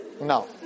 No